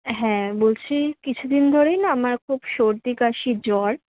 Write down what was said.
হ্যাঁ বলছি কিছু দিন ধরেই না আমার খুব সর্দি কাশি জ্বর